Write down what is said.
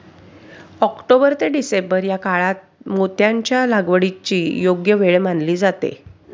October ते डिसेंबर या काळात मोत्यांच्या लागवडीची योग्य वेळ मानली जाते